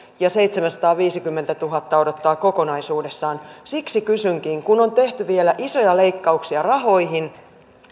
ja seitsemänsataaviisikymmentätuhatta odottaa kokonaisuudessaan siksi kysynkin kun on tehty vielä isoja leikkauksia rahoihin